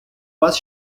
вас